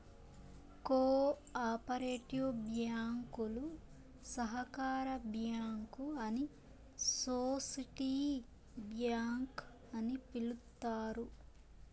co operative బ్యాంకులు సహకార bank అని సోసిటీ బ్యాంక్ అని పిలుత్తారు